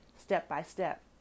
step-by-step